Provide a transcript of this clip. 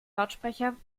lautsprecher